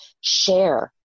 share